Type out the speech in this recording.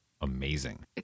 amazing